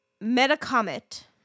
Metacomet